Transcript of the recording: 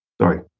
sorry